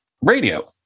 radio